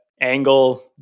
angle